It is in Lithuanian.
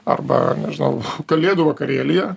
arba nežinau kalėdų vakarėlyje